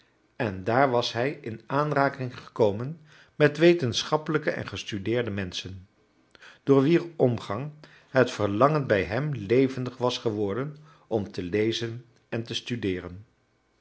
en daar was hij in aanraking gekomen met wetenschappelijke en gestudeerde menschen door wier omgang het verlangen bij hem levendig was geworden om te lezen en te studeeren